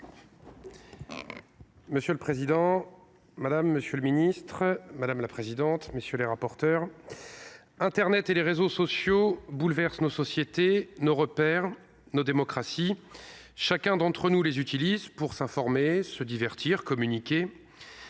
Monsieur le président, monsieur le ministre, madame la secrétaire d’État, mes chers collègues, internet et les réseaux sociaux bouleversent nos sociétés, nos repères, nos démocraties. Chacun d’entre nous les utilise pour s’informer, se divertir, communiquer.